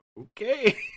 okay